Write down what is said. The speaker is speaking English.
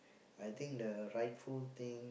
I think the rightful thing